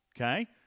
Okay